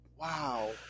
Wow